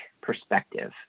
perspective